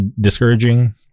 discouraging